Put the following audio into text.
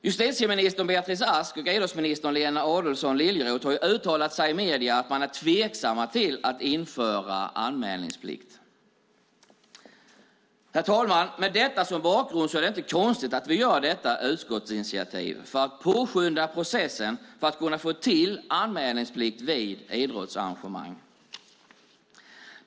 Justitieminister Beatrice Ask och idrottsminister Lena Adelsohn Liljeroth har uttalat sig i medierna att de är tveksamma till att införa anmälningsplikt. Herr talman! Mot bakgrund av detta är det inte konstigt att vi tar ett utskottsinitiativ för att påskynda processen att kunna få till anmälningsplikt vid idrottsarrangemang.